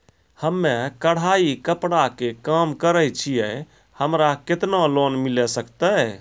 हम्मे कढ़ाई कपड़ा के काम करे छियै, हमरा केतना लोन मिले सकते?